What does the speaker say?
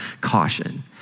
caution